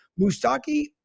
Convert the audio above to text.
mustaki